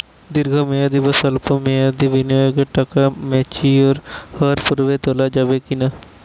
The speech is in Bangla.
দীর্ঘ মেয়াদি বা সল্প মেয়াদি বিনিয়োগের টাকা ম্যাচিওর হওয়ার পূর্বে তোলা যাবে কি না?